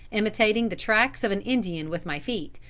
imitating the tracks of an indian with my feet,